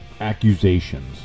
accusations